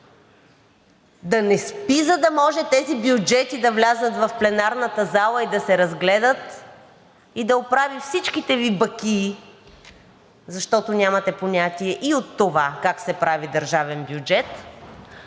да не спи, за да може тези бюджети да влязат в пленарната зала и да се разгледат и да оправи всичките Ви бакии, защото нямате понятие и от това – как се прави държавен бюджет,